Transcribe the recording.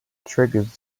triggers